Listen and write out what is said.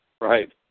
Right